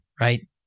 right